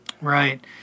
Right